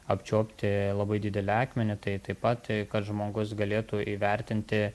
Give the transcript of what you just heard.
apčiuopti labai didelį akmenį tai taip pat kad žmogus galėtų įvertinti